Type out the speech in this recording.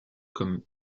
comme